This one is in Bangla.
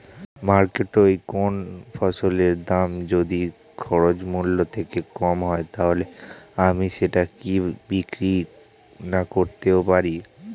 মার্কেটৈ কোন ফসলের দাম যদি খরচ মূল্য থেকে কম হয় তাহলে আমি সেটা কি বিক্রি নাকরতেও পারি?